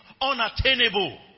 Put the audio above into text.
unattainable